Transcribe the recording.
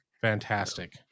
fantastic